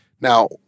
Now